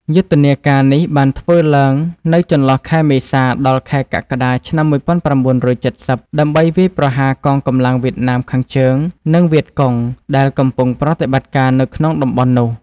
យុទ្ធនាការនេះបានធ្វើឡើងនៅចន្លោះខែមេសាដល់ខែកក្កដា ឆ្នាំ ១៩៧០ ដើម្បីវាយប្រហារកងកម្លាំងវៀតណាមខាងជើង និងវៀតកុង ដែលកំពុងប្រតិបត្តិការនៅក្នុងតំបន់នោះ។